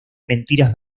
mentiras